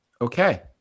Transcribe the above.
Okay